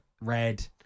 red